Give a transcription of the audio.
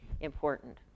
important